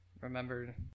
Remember